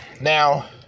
Now